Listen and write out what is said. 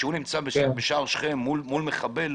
כשהוא נמצא בשער שכם מול מחבל,